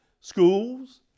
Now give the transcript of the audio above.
schools